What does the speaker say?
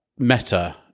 meta